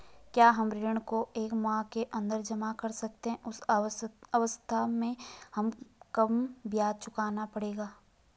क्या हम ऋण को एक माह के अन्दर जमा कर सकते हैं उस अवस्था में हमें कम ब्याज चुकाना पड़ेगा?